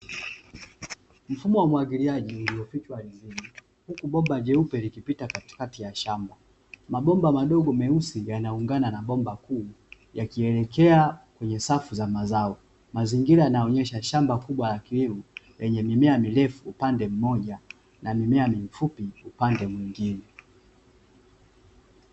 Mfumo wa umwagiliaji iliyopita ardhini huku bomba jeupe likipita katikati ya shamba mabomba madogo meusi yanaungana na bomba kuu, yakielekea kwenye safu za mazao mazingira yanaonyesha shamba kubwa la kiwevu yenye mimea mirefu upande mmoja, na mimea ni mfupi upande mwingine.